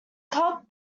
club